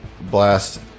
Blast